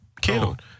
killed